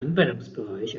anwendungsbereich